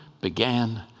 began